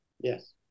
Yes